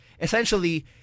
essentially